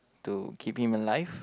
to keep him alive